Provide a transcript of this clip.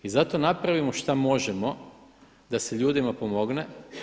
I zato napravimo šta možemo da se ljudima pomogne.